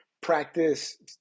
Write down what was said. Practice